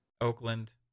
Oakland